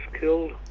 killed